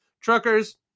truckers